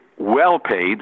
well-paid